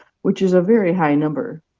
which is a very high number,